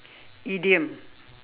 idiom